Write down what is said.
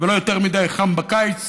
ולא יותר מדי חם בקיץ,